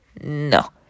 No